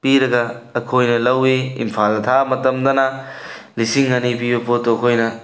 ꯄꯤꯔꯒ ꯑꯩꯈꯣꯏꯅ ꯂꯧꯏ ꯏꯝꯐꯥꯜꯗ ꯊꯥꯕ ꯃꯇꯝꯗꯅ ꯂꯤꯁꯤꯡ ꯑꯅꯤ ꯄꯤꯕ ꯄꯣꯠꯇꯣ ꯑꯩꯈꯣꯏꯅ